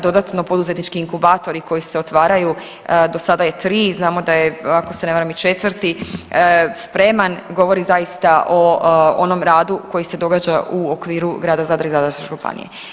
Dodatno, poduzetnički inkubatori koji se otvaraju do sada je tri, znamo da je ako se ne varam i četvrti spreman govori zaista o onom radu koji se događa u okviru grada Zadra i Zadarske županije.